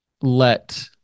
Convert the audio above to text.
let